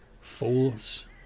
fools